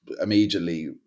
immediately